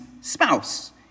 spouse